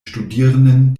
studierenden